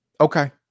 Okay